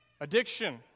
addiction